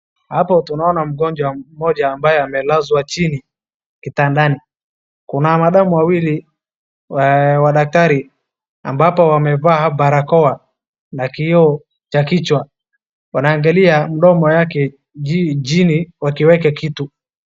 Hapo tunaona mgonjwa mmoja ambaye amelazwa chini kitandani, kuna madam wawili wadaktari ambapo wamevaa barakoa na kioo cha kichwa, wanaangalia mdomo yake chini wakiweka kitu.